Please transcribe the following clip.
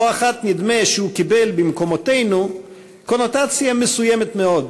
לא אחת נדמה שהוא קיבל במקומותינו קונוטציה מסוימת מאוד,